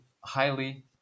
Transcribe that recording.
highly